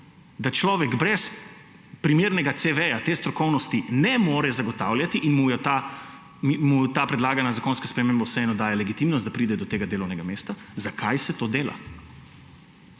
da človek brez primernega CV-ja te strokovnosti ne more zagotavljati in mu ta predlagana zakonska sprememba vseeno daje legitimnost, da pride do tega delovnega mesta – zakaj se to dela?